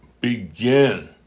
begin